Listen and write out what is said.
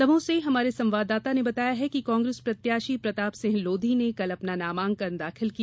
दमोह से हमारे संवाददाता ने बताया है कि कांग्रेस प्रत्याशी प्रतापसिंह लोधी ने कल अंपना नामांकन दाखिल किया